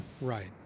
Right